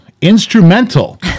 instrumental